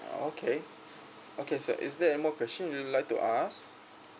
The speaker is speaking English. okay okay sir is there any more question you'd like to ask